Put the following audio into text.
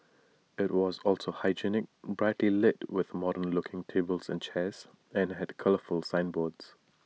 IT was also hygienic brightly lit with modern looking tables and chairs and had colourful signboards